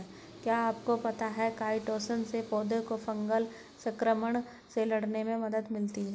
क्या आपको पता है काइटोसन से पौधों को फंगल संक्रमण से लड़ने में मदद मिलती है?